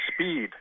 Speed